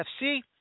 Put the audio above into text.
FC